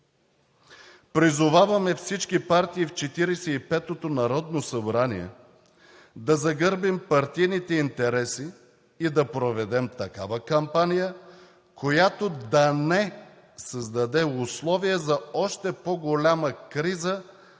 Призоваваме всички партии в Четиридесет и петото народно събрание да загърбим партийните интереси и да проведем такава кампания, която да не създаде условия за още по-голяма криза